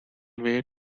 way